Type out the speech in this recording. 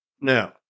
Now